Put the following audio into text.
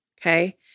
Okay